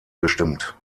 bestimmt